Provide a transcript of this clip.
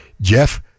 Jeff